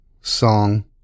song